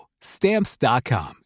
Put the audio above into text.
Stamps.com